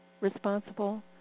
responsible